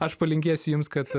aš palinkėsiu jums kad